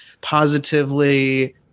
Positively